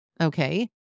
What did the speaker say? Okay